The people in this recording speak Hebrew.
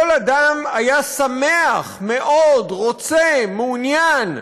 כל אדם היה שמח מאוד, רוצה, מעוניין,